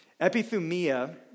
Epithumia